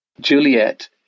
Juliet